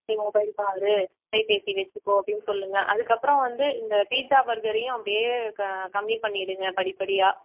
நீ மொபைல் பார் கைபேசி வச்சுக்கோ அப்படின்னு சொல்லுங்க அதுக்கப்புறம் வந்து இந்த பீட்ஸா பர்கரையும் அப்படியே க கம்மி பண்ணிவிடுங்க படிப்படியாக